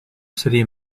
city